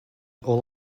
all